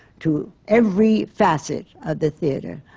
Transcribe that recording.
to every facet of the theatre,